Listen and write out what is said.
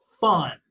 fun